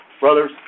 Brothers